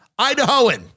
Idahoan